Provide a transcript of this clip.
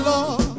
Lord